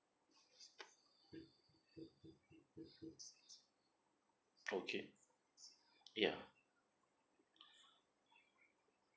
okay ya